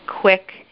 quick